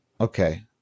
Okay